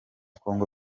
kongo